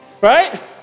right